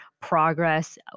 progress